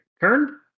Turn